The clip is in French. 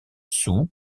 sous